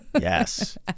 Yes